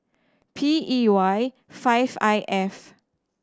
P E Y five I F